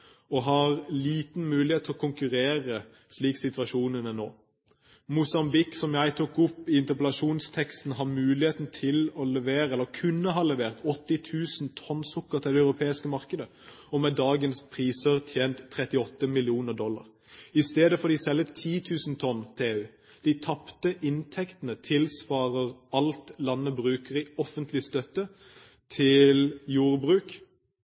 og de har liten mulighet til å konkurrere slik situasjonen er nå. Mosambik, som jeg tok opp i interpellasjonsteksten, har muligheten til å levere – eller kunne ha levert – 80 000 tonn sukker til det europeiske markedet, og kunne med dagens priser tjent 38 mill. dollar. I stedet får de selge 10 000 tonn til EU. De tapte inntektene tilsvarer alt landene bruker i offentlig støtte til jordbruk